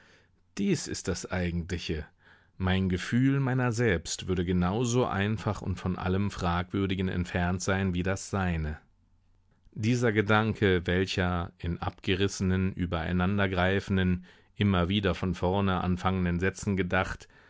dies ist das eigentliche mein gefühl meiner selbst würde genau so einfach und von allem fragwürdigen entfernt sein wie das seine dieser gedanke welcher in abgerissenen übereinander greifenden immer wieder von vorne anfangenden sätzen gedacht